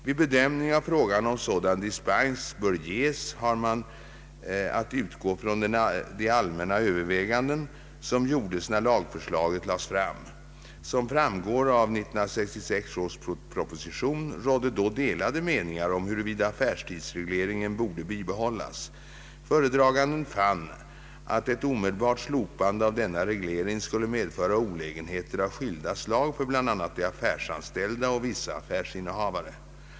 Vid bedömning av frågan om sådan dispens bör ges har man att utgå från de allmänna överväganden som gjordes när lagförslaget lades fram. Som framgår av 1966 års proposition rådde då delade meningar om huruvida affärstidsregleringen borde bibehållas. Föredraganden fann att ett omedelbart slopande av denna reglering skulle medföra olägenheter av skilda slag för bl.a. de affärsanställda och vissa affärsinnehavare.